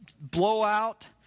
blowout